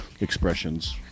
expressions